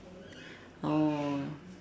oh